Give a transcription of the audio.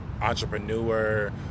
entrepreneur